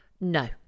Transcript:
No